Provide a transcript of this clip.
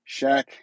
Shaq